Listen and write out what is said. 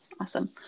awesome